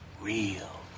Real